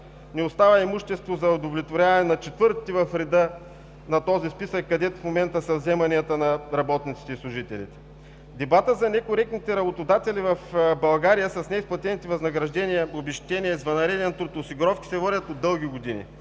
не остана имущество за удовлетворяване на четвъртите в реда на този списък, където в момента са вземанията на работниците и служителите. Дебатът за некоректните работодатели в България с неизплатените възнаграждения, обезщетения, извънреден труд, осигуровки се води от дълги години.